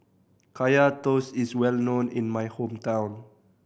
Kaya Toast is well known in my hometown